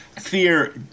Fear